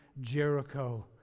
Jericho